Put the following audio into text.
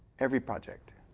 every project.